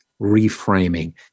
reframing